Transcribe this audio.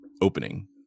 opening